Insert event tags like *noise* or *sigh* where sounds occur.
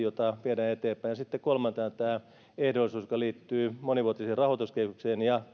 *unintelligible* jota viedään eteenpäin ja sitten kolmantena tästä ehdollisuudesta joka liittyy monivuotiseen rahoituskehykseen ja